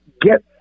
get